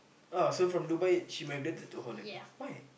uh so from Dubai she migrated to Holland why